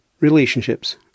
relationships